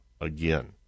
again